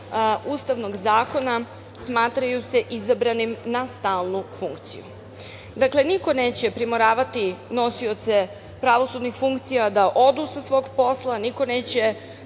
Ustavnog zakona, smatraju se izabranim na stalnu funkciju. Dakle, niko neće primoravati nosioce pravosudnih funkcija da odu sa svog posla, niko neće